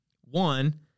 One